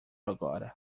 agora